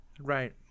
Right